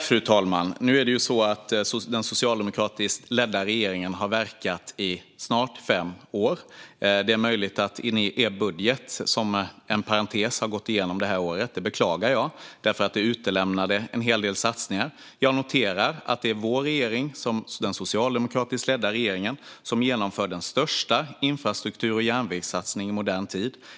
Fru talman! Den socialdemokratiskt ledda regeringen har verkat i snart fem år. Det är möjligt att er budget som en parentes har gått igenom det här året. Det beklagar jag, därför att den utelämnade en hel del satsningar. Jag noterar att det är vår regering, den socialdemokratiskt ledda regeringen, som genomför den största infrastruktur och järnvägssatsningen i modern tid.